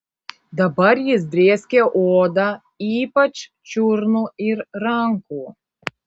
dabar jis drėskė odą ypač čiurnų ir rankų